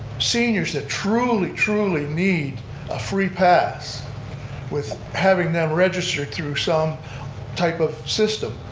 seniors that truly, truly need a free pass with having them register through some type of system